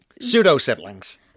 Pseudo-siblings